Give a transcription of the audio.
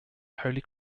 holy